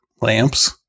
lamps